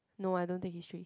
no I don't take History